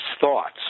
thoughts